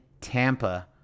Tampa